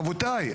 רבותיי,